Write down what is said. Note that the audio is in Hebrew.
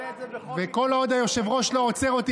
וכל עוד היושב-ראש לא עוצר אותי,